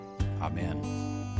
Amen